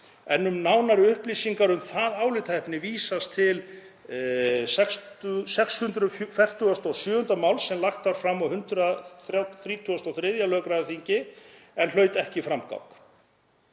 en um nánari upplýsingar um það álitaefni vísast til 647. máls sem lagt var fram á 133. löggjafarþingi en hlaut ekki framgang.